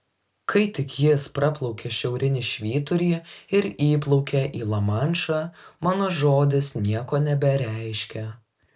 kai tik jis praplaukia šiaurinį švyturį ir įplaukia į lamanšą mano žodis nieko nebereiškia